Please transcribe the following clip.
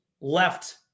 left